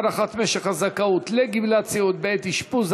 הארכת משך הזכאות לגמלת סיעוד בעת אשפוז),